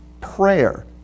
prayer